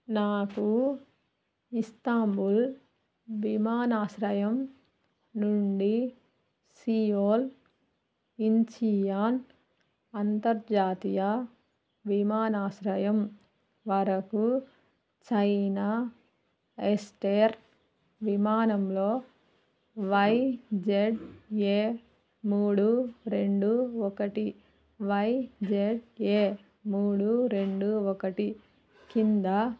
నాకు ఇస్తాంబుల్ విమానాశ్రయం నుండి సిలోన్ ఇండియానా అంతర్జాతీయ విమానాశ్రయం వరకు చైనా ఈస్టర్న్ విమానంలో వై జెడ్ ఏ మూడు రెండు ఒకటి వై జెడ్ ఏ మూడు రెండు ఒకటి కింద